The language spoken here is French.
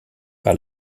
par